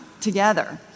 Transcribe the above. together